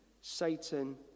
Satan